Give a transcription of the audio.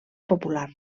popular